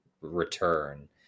return